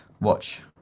watch